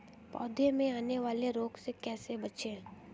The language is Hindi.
पौधों में आने वाले रोग से कैसे बचें?